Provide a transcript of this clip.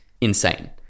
insane